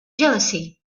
jealousy